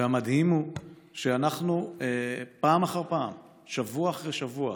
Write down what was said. והמדהים הוא שאנחנו פעם אחר פעם, שבוע אחרי שבוע,